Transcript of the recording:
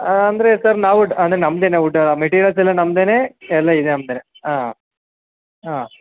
ಹಾಂ ಅಂದರೆ ಸರ್ ನಾವು ಅಂದರೆ ನಮ್ದೆ ವುಡ ಮೆಟೀರಿಯಲ್ಸ್ ಎಲ್ಲ ನಮ್ದೆ ಎಲ್ಲಇದೆ ನಮ್ದೆ ಹಾಂ ಹಾಂ